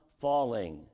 falling